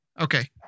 Okay